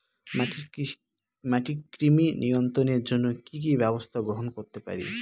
মাটির কৃমি নিয়ন্ত্রণের জন্য কি কি ব্যবস্থা গ্রহণ করতে পারি?